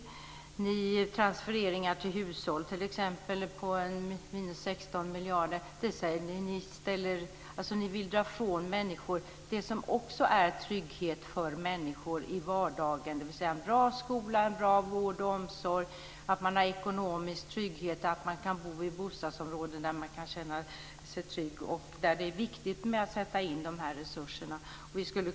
Det handlar t.ex. om transfereringar till hushåll på minus 16 miljarder. Ni vill ta ifrån människor det som är en trygghet för dem i vardagen, dvs. att de har en bra skola, bra vård och omsorg, ekonomisk trygghet och att de kan bo i bostadsområden där de kan känna sig trygga. Där är det viktigt att sätta in de här resurserna.